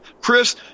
Chris